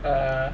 err